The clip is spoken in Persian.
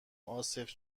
عاصف